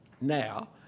now